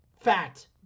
Fact